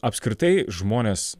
apskritai žmones